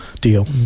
deal